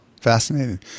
Fascinating